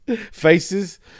faces